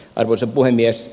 arvoisa puhemies